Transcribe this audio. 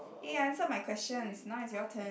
eh I answered my questions now is your turn